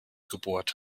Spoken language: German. gebohrt